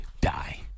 die